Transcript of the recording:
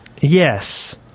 Yes